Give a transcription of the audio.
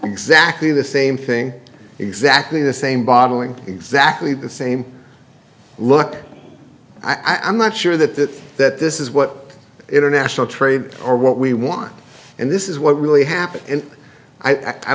exactly the same thing exactly the same bottling exactly the same look i'm not sure that that this is what international trade or what we want and this is what really happened and i